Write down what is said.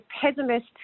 pessimist